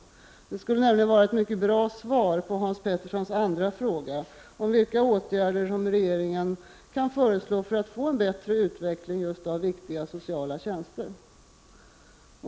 Svaret skulle utgöra ett mycket bra svar på Hans Peterssons andra fråga om vilka åtgärder regeringen kan föreslå för att få en bättre utveckling av viktiga sociala tjänster.